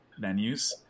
venues